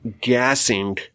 gassing